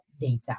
data